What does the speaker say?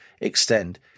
extend